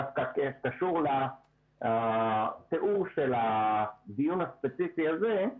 ודווקא קשור לתיאור של הדיון הספציפי הזה,